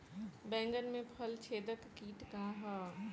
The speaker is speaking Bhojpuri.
बैंगन में फल छेदक किट का ह?